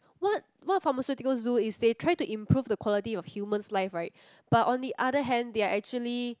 what what pharmaceutical zoo is they try to improve the quality of human's life right but on the other hand they are actually